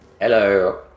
Hello